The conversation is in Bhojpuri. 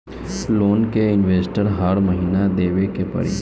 लोन के इन्टरेस्ट हर महीना देवे के पड़ी?